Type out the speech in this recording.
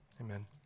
Amen